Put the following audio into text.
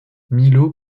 milo